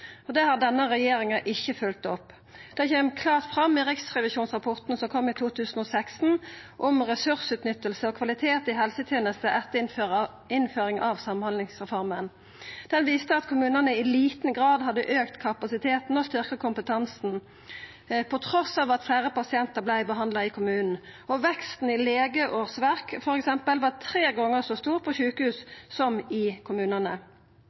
Det har denne regjeringa ikkje følgt opp. Det kjem klart fram i riksrevisjonsrapporten som kom i 2016, om ressursutnytting og kvalitet i helsetenesta etter innføringa av samhandlingsreforma. Han viste at kommunane i liten grad hadde auka kapasiteten og styrkt kompetansen trass i at fleire pasientar vart behandla i kommunen. Veksten i legeårsverk var f.eks. tre gonger så stor på sjukehus som i kommunane. Store kutt i liggjetid for eldre pasientar på sjukehus utfordrar no kommunehelsetenesta kraftig. Kommunane